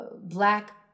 black